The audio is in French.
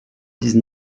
dix